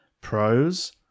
Pros